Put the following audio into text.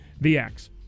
VX